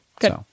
Good